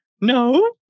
No